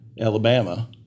Alabama